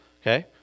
Okay